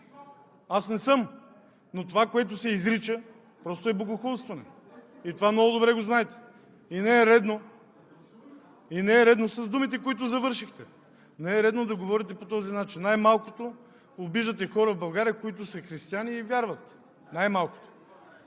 Аз не съм, но това, което се изрича, просто е богохулстване! И това много добре го знаете. И не е редно с думите, с които завършихте… Не е редно да говорите по този начин! (Реплики от „БСП за България“.) Най-малкото обиждате хора в България, които са християни и вярват. Най-малкото!